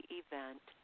event